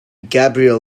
gabriel